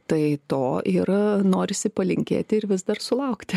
tai to ir norisi palinkėti ir vis dar sulaukti